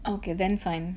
okay then fine